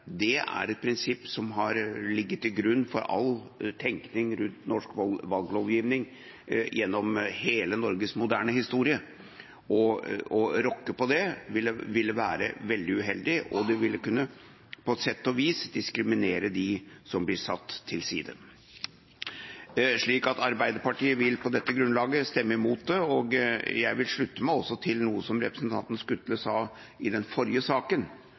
Det er et prinsipp som har ligget til grunn for all tenkning rundt norsk valglovgivning gjennom hele Norges moderne historie, og å rokke ved det ville være veldig uheldig, og det ville kunne på sett og vis diskriminere dem som blir satt til side. Arbeiderpartiet vil på dette grunnlaget stemme imot dette. Jeg vil også slutte meg til noe som representanten Skutle sa i den forrige saken,